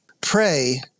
pray